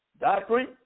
doctrine